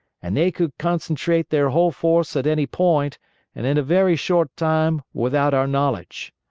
and they could concentrate their whole force at any point and in a very short time without our knowledge.